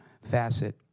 facet